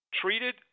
Treated